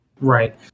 Right